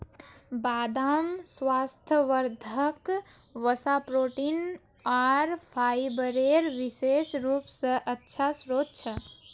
बदाम स्वास्थ्यवर्धक वसा, प्रोटीन आर फाइबरेर विशेष रूप स अच्छा स्रोत छ